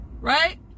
Right